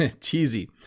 Cheesy